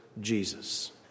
Jesus